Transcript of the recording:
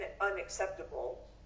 unacceptable